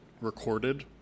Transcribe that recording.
recorded